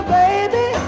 baby